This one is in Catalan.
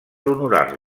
honorar